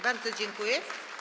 Bardzo dziękuję.